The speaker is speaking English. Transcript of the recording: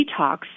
detox